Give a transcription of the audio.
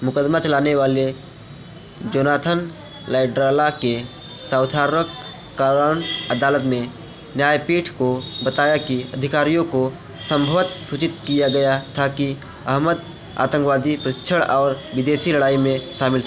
मुकदमा चलाने वाले जोनाथन लाइडलॉ के साउथवार्क क्राउन अदालत में न्यायपीठ को बताया कि अधिकारियों को संभवतः सूचित किया गया था कि अहमद आतंकवादी प्रशिक्षण और विदेशी लड़ाई में शामिल था